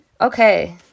Okay